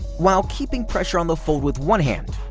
while keeping pressure on the fold with one hand,